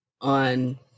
on